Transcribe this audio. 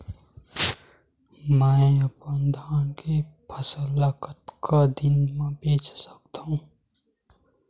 मैं अपन धान के फसल ल कतका दिन म बेच सकथो?